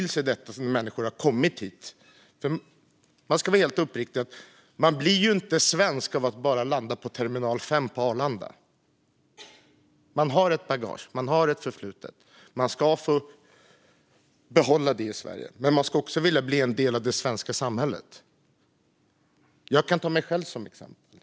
Låt mig vara uppriktig: Man blir inte svensk bara av att landa på Terminal 5 på Arlanda. Man har ett bagage och ett förflutet, och det ska man få behålla i Sverige. Men man ska också vilja bli en del av det svenska samhället. Jag kan ta mig själv som exempel.